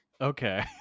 Okay